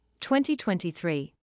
2023